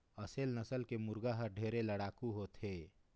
असेल नसल के मुरगा हर ढेरे लड़ाकू होथे